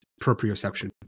proprioception